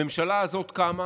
הממשלה הזאת קמה